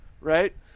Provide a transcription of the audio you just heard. Right